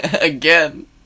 Again